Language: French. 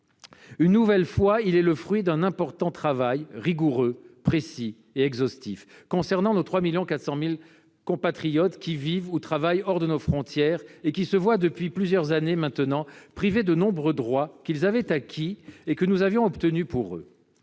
tiens à le redire -le fruit d'un important travail, rigoureux, précis et exhaustif, portant sur nos 3,4 millions de compatriotes qui vivent ou qui travaillent hors de nos frontières et qui se voient, depuis plusieurs années maintenant, privés de nombreux droits qu'ils avaient acquis ou que nous avions obtenus pour eux.